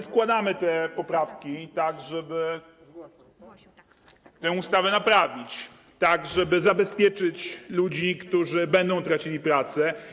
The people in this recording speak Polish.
Składamy te poprawki, tak żeby tę ustawę naprawić, tak żeby zabezpieczyć ludzi, którzy będą tracili pracę.